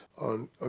on